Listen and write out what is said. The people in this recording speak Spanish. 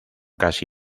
casi